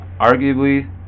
arguably